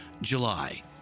July